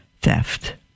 theft